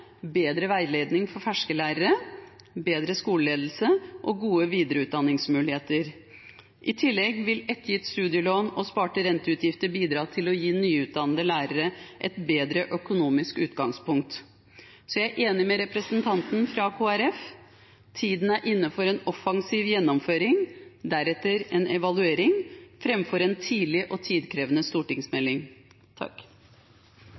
bedre veiledning for ferske lærere, bedre skoleledelse og gode videreutdanningsmuligheter. I tillegg vil ettergitt studielån og sparte renteutgifter bidra til å gi nyutdannede lærere et bedre økonomisk utgangspunkt. Jeg er enig med representanten fra Kristelig Folkeparti: Tiden er inne for en offensiv gjennomføring og deretter en evaluering – framfor en tidlig og tidkrevende